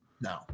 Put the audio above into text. No